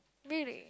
really